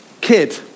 kid